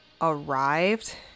arrived